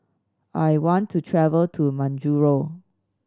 I want to travel to Majuro